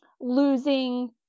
losing